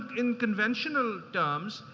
in conventional terms,